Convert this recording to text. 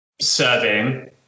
serving